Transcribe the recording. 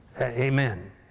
Amen